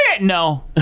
No